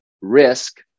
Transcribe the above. risk